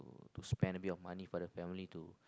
spend a bit of money for the family to